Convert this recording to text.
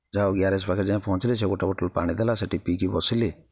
ଯାହା ହଉ ଗ୍ୟାରେଜ୍ ପାଖରେ ପହଞ୍ଚି ଗୋଟେ ବୋଟଲ୍ ପାଣି ଦେଲା ସେଇଠି ପିଇକି ବସିଲି